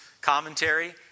commentary